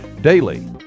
Daily